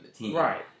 Right